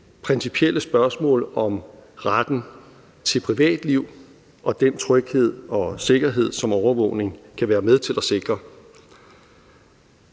principielle spørgsmål om retten til privatliv og den tryghed og sikkerhed, som overvågning kan være med til at sikre.